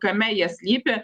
kame jie slypi